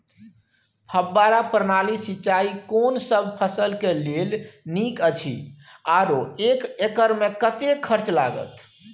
फब्बारा प्रणाली सिंचाई कोनसब फसल के लेल नीक अछि आरो एक एकर मे कतेक खर्च लागत?